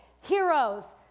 heroes